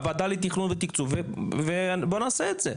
הוועדה לתכנון ותקצוב ובוא נעשה את זה.